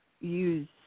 use